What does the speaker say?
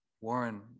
Warren